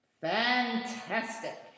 Fantastic